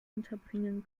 unterbringen